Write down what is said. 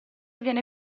viene